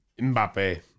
Mbappe